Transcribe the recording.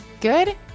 good